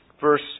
verse